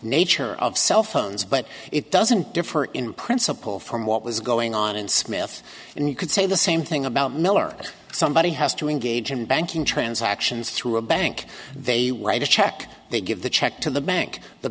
nature of cell phones but it doesn't differ in principle from what was going on in smith and you could say the same thing about miller that somebody has to engage in banking transactions through a bank they write a check they give the check to the bank the